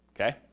okay